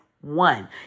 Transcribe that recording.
one